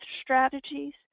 strategies